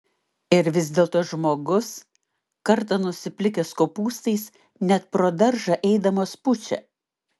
ir vis dėlto žmogus kartą nusiplikęs kopūstais net pro daržą eidamas pučia